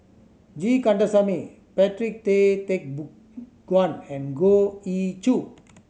G Kandasamy Patrick Tay Guan and Goh Ee Choo